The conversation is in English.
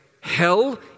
hell